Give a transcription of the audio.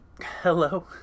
hello